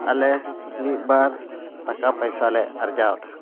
ᱟᱞᱮ ᱢᱤᱫᱼᱵᱟᱨ ᱴᱟᱠᱟ ᱯᱚᱭᱥᱟ ᱞᱮ ᱟᱨᱡᱟᱣᱫᱟ